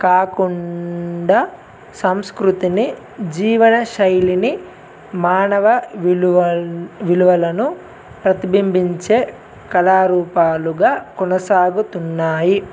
కాకుండా సంస్కృతిని జీవన శైలిని మానవ విలువ విలువలను ప్రతిబింబించే కళారూపాలుగా కొనసాగుతున్నాయి